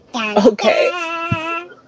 Okay